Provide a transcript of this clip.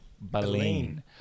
Baleen